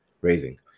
raising